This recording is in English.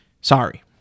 Sorry